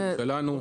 מאופקים שלנו.